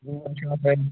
رِیان چھُ یِوان پَرنہِ